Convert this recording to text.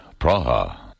Praha